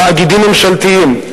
תאגידים ממשלתיים,